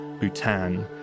Bhutan